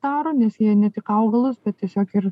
daro nes jie ne tik augalus bet tiesiog ir